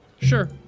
Sure